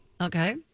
Okay